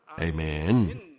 Amen